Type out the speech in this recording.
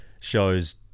shows